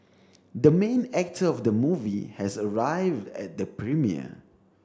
the main actor of the movie has arrived at the premiere